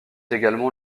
également